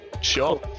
Sure